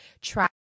try